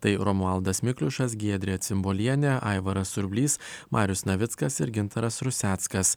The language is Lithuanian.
tai romualdas mikliušas giedrė cimbolienė aivaras surblys marius navickas ir gintaras ruseckas